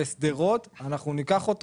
בשדרות אנחנו ניקח,